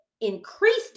increased